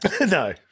No